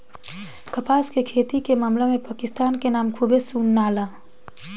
कपास के खेती के मामला में पाकिस्तान के नाम खूबे सुनाला